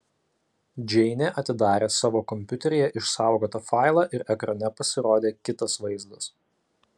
džeinė atidarė savo kompiuteryje išsaugotą failą ir ekrane pasirodė kitas vaizdas